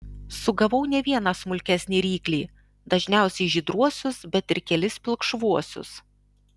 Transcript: sugavau ne vieną smulkesnį ryklį dažniausiai žydruosius bet ir kelis pilkšvuosius